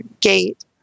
gate